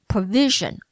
provision